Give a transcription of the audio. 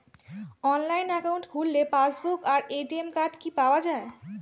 Online account খুললে passbook আর ATM card কি পাওয়া যায়?